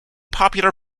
popular